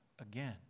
again